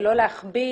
ולא להכביד,